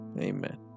Amen